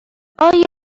آیا